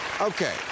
Okay